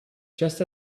just